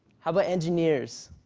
how about engineers?